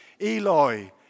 Eloi